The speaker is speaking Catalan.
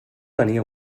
tenia